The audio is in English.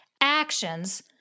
actions